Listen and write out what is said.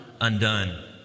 undone